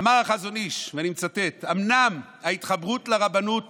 אמר החזון איש, ואני מצטט: "אומנם ההתחברות לרבנות